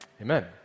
amen